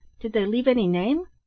did they leave any name?